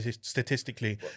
statistically